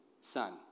son